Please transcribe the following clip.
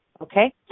Okay